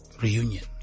reunion